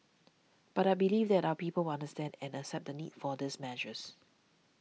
but I believe that our people will understand and accept the need for these measures